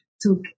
took